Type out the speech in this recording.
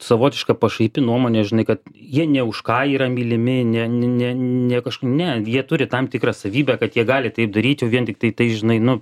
savotiška pašaipi nuomonė žinai kad jie nė už ką yra mylimi ne ne ne nekažkur ne jie turi tam tikrą savybę kad jie gali taip daryti jau vien tiktai tai žinai nu